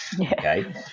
Okay